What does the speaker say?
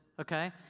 okay